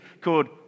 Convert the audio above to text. called